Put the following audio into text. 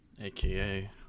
aka